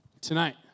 tonight